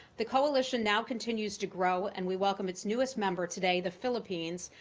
the coalition now continues to grow, and we welcome its newest member today, the philippines,